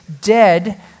dead